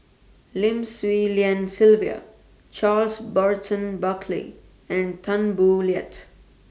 Lim Swee Lian Sylvia Charles Burton Buckley and Tan Boo Liat